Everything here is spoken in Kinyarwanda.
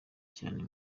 cyane